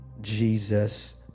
Jesus